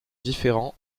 différents